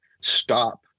stop